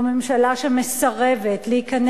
זו ממשלה שמסרבת להיכנס